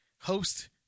host